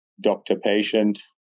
doctor-patient